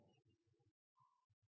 Også